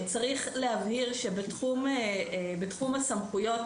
צריך להבהיר שבתחום הסמכויות,